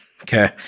Okay